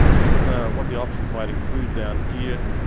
just ah what the options might include down here,